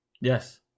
Yes